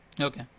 Okay